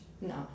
No